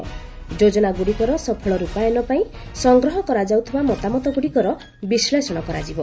ଯୋଜନାଗୁଡ଼ିକର ସଫଳ ରୂପାୟନ ପାଇଁ ସଂଗ୍ରହ କରାଯାଇଥିବା ମତାମତଗୁଡ଼ିକର ବିଶ୍ଳେଷଣ କରାଯିବ